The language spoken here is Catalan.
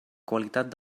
qualitat